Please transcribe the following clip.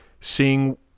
seeing